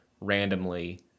randomly